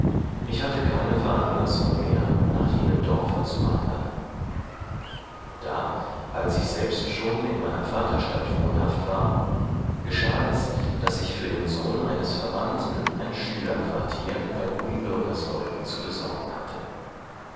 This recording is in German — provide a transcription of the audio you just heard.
ich hatte keine veranlassung mehr nach jenem dorfe zu wandern da als ich selbst schon in meiner vaterstadt wohnhaft war geschah es daß ich für den sohn eines verwandten ein schülerquartier bei guten bürgersleuten zu besorgen hatte